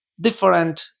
different